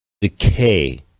decay